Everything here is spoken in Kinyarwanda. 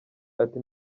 ati